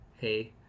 hey